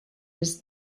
his